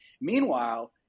Meanwhile